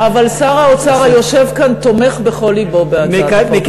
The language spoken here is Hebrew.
אבל שר האוצר היושב כאן תומך בכל לבו בהצעת החוק הזאת.